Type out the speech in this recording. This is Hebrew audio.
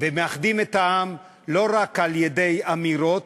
ומאחדים את העם לא רק על-ידי אמירות,